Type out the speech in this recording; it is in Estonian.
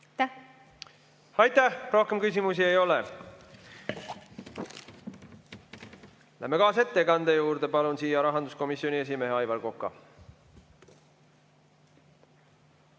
mitmeid. Aitäh! Rohkem küsimusi ei ole. Läheme kaasettekande juurde. Palun siia rahanduskomisjoni esimehe Aivar Koka.